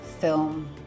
film